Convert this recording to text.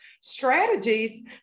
strategies